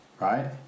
Right